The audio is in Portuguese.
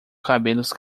cabelos